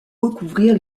recouvrir